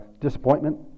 Disappointment